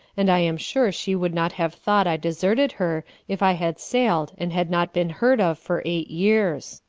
and i am sure she would not have thought i deserted her if i had sailed and had not been heard of for eight years.